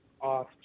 off